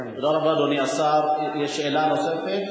תודה רבה, אדוני השר, יש שאלה נוספת?